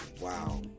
Wow